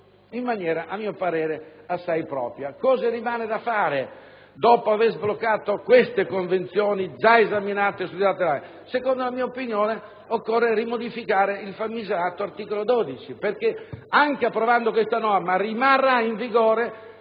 in maniera, a mio parere, assai propria. Cosa rimane da fare dopo aver sbloccato dette convenzioni? Secondo la mia opinione occorrerà modificare il famigerato articolo 12, perché anche approvando la norma in esame rimarrà in vigore